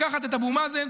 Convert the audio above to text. לקחת את אבו מאזן,